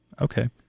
Okay